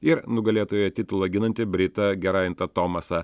ir nugalėtojo titulą ginantį britą gerajantą tomasą